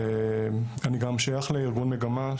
ואני גם שייך לארגון מגמה,